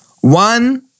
One